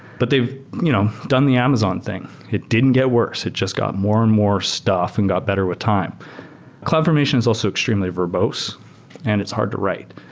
but they've you know done the amazon thing. it didn't get worse. it just got more and more stuff and got better with time cloud formation is also extremely verbose and it's hard to write.